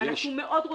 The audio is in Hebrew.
אנשים מאוד רוצים.